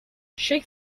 shake